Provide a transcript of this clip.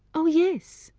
oh, yes!